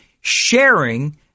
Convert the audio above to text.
sharing